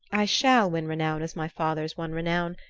i shall win renown as my fathers won renown,